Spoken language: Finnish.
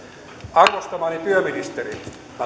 arvostamani työministeri minä